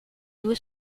due